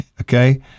okay